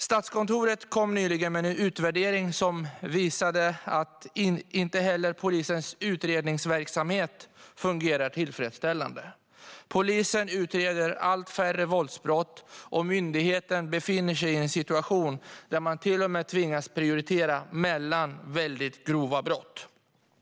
Statskontoret kom nyligen med en utvärdering som visade att inte heller polisens utredningsverksamhet fungerar tillfredsställande. Polisen utreder allt färre våldsbrott. Myndigheten befinner sig i en situation där man till och med tvingas prioritera mellan väldigt grova brott.